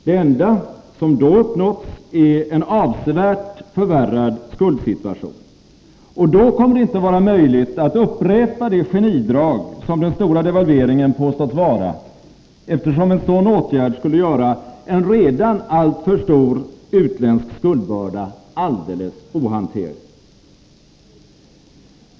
Det enda som då uppnåtts är en avsevärt förvärrad skuldsituation. Och då kommer det inte att vara möjligt att upprepa det genidrag som den stora devalveringen påståtts vara, eftersom en sådan åtgärd skulle göra en redan alltför stor utlandsskuldbörda alldeles ohanterlig.